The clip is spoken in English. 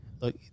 look